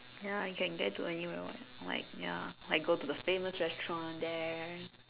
ya I can get to anywhere [what] like ya like go to the famous restaurant there